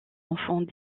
enfants